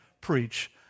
preach